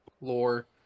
lore